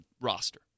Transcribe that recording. roster